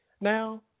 Now